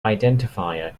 identifier